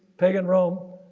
pagan rome.